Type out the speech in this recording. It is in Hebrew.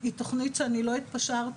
היא תוכנית שאני לא התפשרתי.